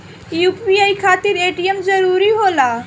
UPI खातिर ATM जरूरी होला?